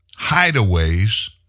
hideaways